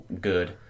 Good